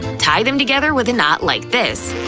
tie them together with a knot like this.